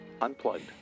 Unplugged